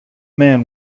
man